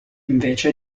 invece